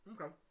Okay